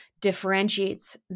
differentiates